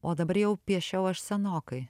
o dabar jau piešiau aš senokai